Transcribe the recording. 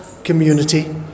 community